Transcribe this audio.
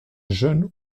jeune